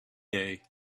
day